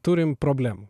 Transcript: turim problemų